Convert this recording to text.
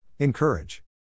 Encourage